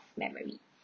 memory